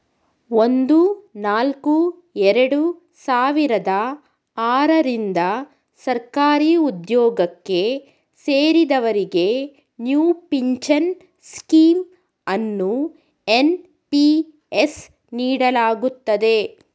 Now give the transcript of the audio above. ಒಂದು ನಾಲ್ಕು ಎರಡು ಸಾವಿರದ ಆರ ರಿಂದ ಸರ್ಕಾರಿಉದ್ಯೋಗಕ್ಕೆ ಸೇರಿದವರಿಗೆ ನ್ಯೂ ಪಿಂಚನ್ ಸ್ಕೀಂ ಅನ್ನು ಎನ್.ಪಿ.ಎಸ್ ನೀಡಲಾಗುತ್ತದೆ